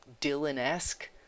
Dylan-esque